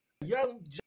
young